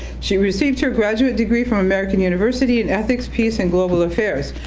she received her graduate degree from american university in ethics, peace, and global affairs.